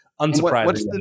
unsurprisingly